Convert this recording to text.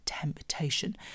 temptation